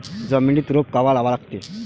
जमिनीत रोप कवा लागा लागते?